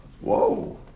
Whoa